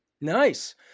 Nice